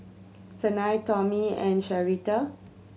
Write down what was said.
Sanai Tommy and Sharita